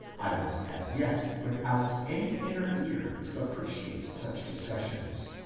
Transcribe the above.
i was as yet without any inner ear to appreciate such discussions.